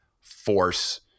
force